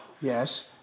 Yes